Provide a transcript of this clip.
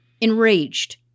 enraged